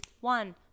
one